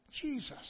Jesus